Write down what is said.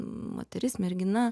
moteris mergina